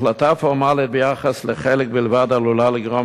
החלטה פורמלית ביחס לחלק בלבד עלולה לגרום